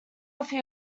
offer